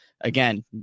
again